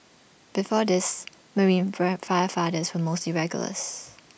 before this marine fire firefighters were mostly regulars